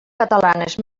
catalanes